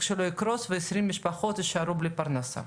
שלו יקרוס ו-20 משפחות יישארו בלי פרנסה,